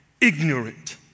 Ignorant